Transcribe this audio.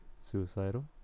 Suicidal